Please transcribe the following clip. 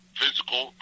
physical